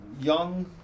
young